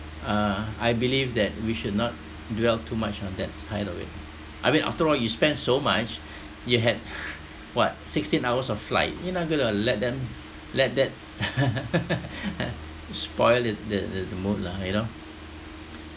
uh I believe that we should not dwell too much on that kind of way I mean after all you spend so much you had what sixteen hours of flight you are not going to let them let that spoil it the the mood lah you know